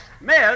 Miss